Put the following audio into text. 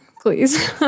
Please